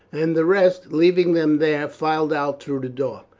and the rest, leaving them there, filed out through the door.